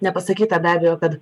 nepasakyta be abejo kad